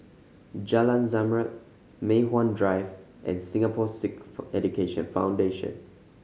Jalan Zamrud Mei Hwan Drive and Singapore Sikh Education Foundation